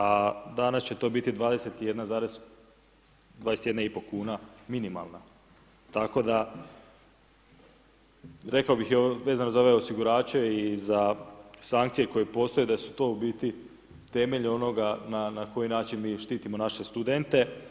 A danas će to biti 21,5 kuna minimalna tako da rekao bi vezano za ove osigurače i sankcije koje postoje, da su to u niti temelj onoga na koji način mi štitimo naše studente.